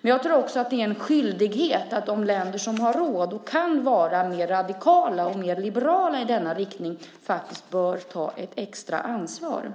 Men jag tror att det är en skyldighet för de länder som har råd och som kan vara mer radikala och mer liberala i denna riktning att ta ett extra ansvar.